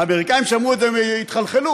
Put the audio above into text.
האמריקנים שמעו את זה, הם התחלחלו.